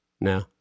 No